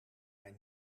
mij